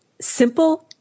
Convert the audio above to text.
simple